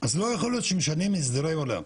לא יכול להיות שמשנים הסדרי עולם.